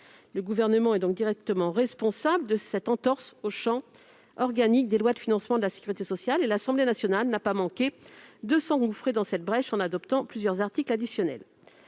Le Gouvernement est donc directement responsable de cette entorse au champ organique des lois de financement de la sécurité sociale, et l'Assemblée nationale n'a pas manqué de s'engouffrer dans la brèche en introduisant plusieurs articles additionnels.